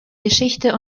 geschichte